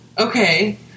okay